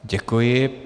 Děkuji.